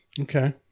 Okay